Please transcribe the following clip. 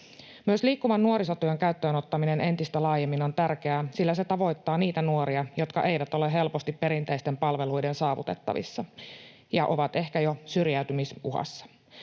Myös liikkuvan nuorisotyön käyttöön ottaminen entistä laajemmin on tärkeää, sillä se tavoittaa niitä nuoria, jotka eivät ole helposti perinteisten palveluiden saavutettavissa ja ovat ehkä jo syrjäytymisuhassa.